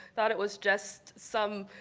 thought it was just some,